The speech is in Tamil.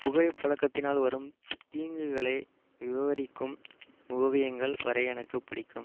புகை பழக்கத்தினால் வரும் தீங்குகளை விவரிக்கும் ஓவியங்கள் வரைய எனக்கு பிடிக்கும்